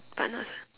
partners